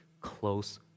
close